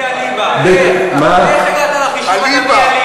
איך הגעת לחישוב הזה,